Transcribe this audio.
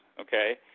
okay